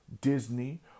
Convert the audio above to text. Disney